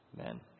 amen